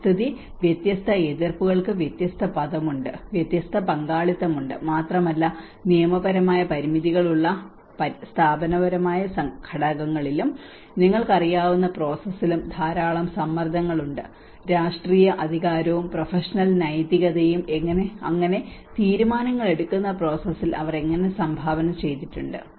പരിസ്ഥിതി വ്യത്യസ്ത എതിർപ്പുകൾക്ക് വ്യത്യസ്ത പദമുണ്ട് അതിൽ വ്യത്യസ്ത പങ്കാളിത്തമുണ്ട് മാത്രമല്ല നിയമപരമായ പരിമിതികളുള്ള സ്ഥാപനപരമായ ഘടകങ്ങളിലും നിങ്ങൾക്കറിയാവുന്ന പ്രോസസ്സിലും ധാരാളം സമ്മർദ്ദങ്ങളുണ്ട് രാഷ്ട്രീയ അധികാരവും പ്രൊഫഷണൽ നൈതികതയും അങ്ങനെ തീരുമാനങ്ങൾ എടുക്കുന്ന പ്രോസസ്സിൽ അവർ എങ്ങനെ സംഭാവന ചെയ്തിട്ടുണ്ട്